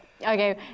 Okay